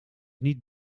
niet